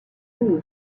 league